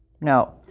no